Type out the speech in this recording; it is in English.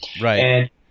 right